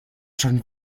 schon